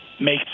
make